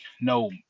no